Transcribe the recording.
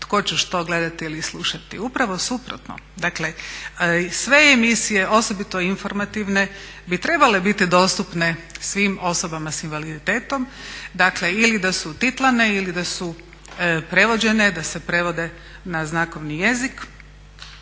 tko će što gledati ili slušati. Upravo suprotno. Dakle sve emisije, osobito informativne bi trebale biti dostupne svim osobama s invaliditetom, dakle ili da su titlane ili da su prevođene, da se prevode na znakovni jezik.